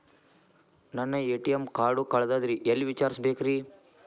ನನ್ನ ATM card ಕಳದದ್ರಿ ಎಲ್ಲಿ ವಿಚಾರಿಸ್ಬೇಕ್ರಿ?